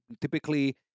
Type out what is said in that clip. Typically